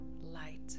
light